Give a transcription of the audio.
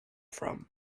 from